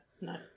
No